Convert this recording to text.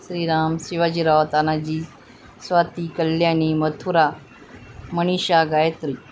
Shriram Shivajirao Tanaji Swati Kalyani Mathura Manisha Gayatri